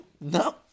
No